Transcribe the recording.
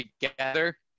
together